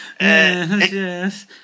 Yes